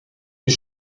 est